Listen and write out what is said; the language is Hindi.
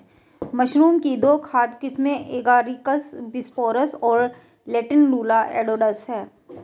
मशरूम की दो खाद्य किस्में एगारिकस बिस्पोरस और लेंटिनुला एडोडस है